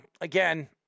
again